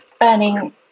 burning